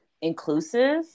inclusive